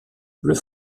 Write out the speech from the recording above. bleu